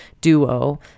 duo